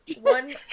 One